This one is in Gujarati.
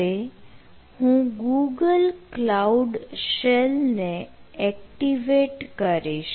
હવે હું ગૂગલ કલાઉડ શેલ ને એક્ટિવેટ કરીશ